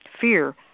fear